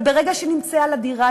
אבל ברגע שנמצאה לה דירה,